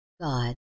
God